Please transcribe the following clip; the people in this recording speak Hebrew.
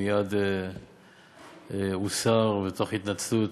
הוא מייד הוסר, תוך התנצלות.